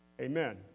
Amen